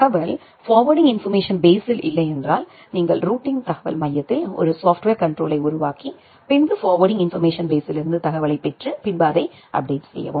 தகவல் forwarding information பேஸ்ஸில் இல்லையென்றால் நீங்கள் ரூட்டிங் தகவல் தளத்தில் ஒரு சாப்ட்வேர் கண்ட்ரோல்யை உருவாக்கிபின்பு ஃபார்வேர்டிங் இன்போர்மேஷன் பேஸ்ஸிலிருந்து தகவல்களைப் பெற்று பின்பு அதை அப்டேட் செய்யவும்